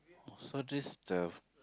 so this the